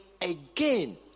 again